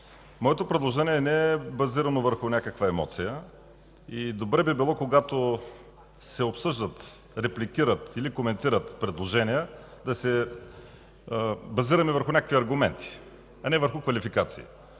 Моето предложение не е базирано върху някаква емоция и добре би било, когато се обсъждат, репликират или коментират предложения, да се базираме на някакви аргументи, а не на квалификации.